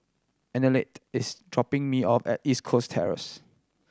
Annette is dropping me off at East Coast Terrace